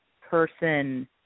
person